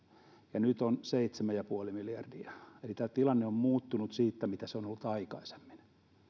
ja nyt on seitsemän ja puoli miljardia niin tämä tilanne on muuttunut siitä mitä se on ollut aikaisemmin